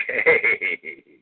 okay